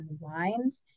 unwind